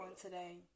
today